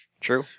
True